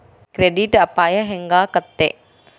Credit ಅಪಾಯಾ ಹೆಂಗಾಕ್ಕತೇ?